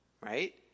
Right